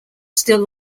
still